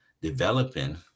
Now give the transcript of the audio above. developing